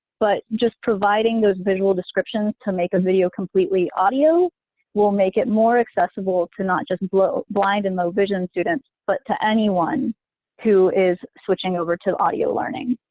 but just providing those visual descriptions to make a video completely audio will make it more accessible to not just bl blind and low-vision students, but to anyone who is switching over to audio learning.